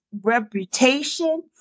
reputation